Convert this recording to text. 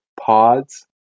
Pods